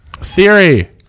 Siri